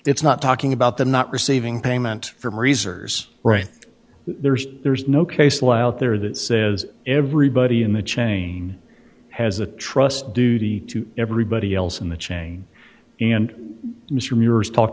it's not talking about the not receiving payment from reserves right there's there's no case law at there that says everybody in the chain has a trust duty to everybody else in the chain and mr muir has talked